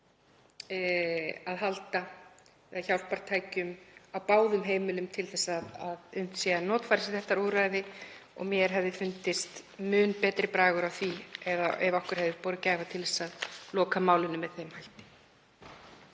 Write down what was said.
að halda eða hjálpartækjum á báðum heimilum til að unnt sé að notfæra sér þetta úrræði og mér hefði fundist mun betri bragur á því ef við hefðum borið gæfu til að loka málinu með þeim hætti.